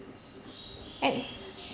and